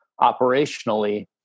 operationally